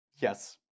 Yes